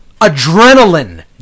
adrenaline